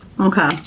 okay